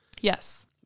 Yes